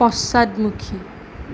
পশ্চাদমুখী